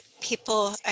people